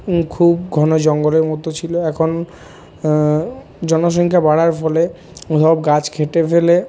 খুব ঘন জঙ্গলের মতো ছিলো এখন জনসংখ্যা বাড়ার ফলে সব গাছ কেটে ফেলে